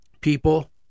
people